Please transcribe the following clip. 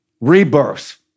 rebirth